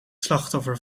slachtoffer